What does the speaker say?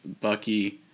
Bucky